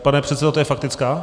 Pane předsedo, to je faktická?